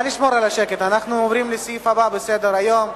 אנחנו עוברים לסעיף הבא בסדר היום: